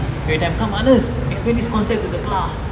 everytime come ernest explain this concept to the class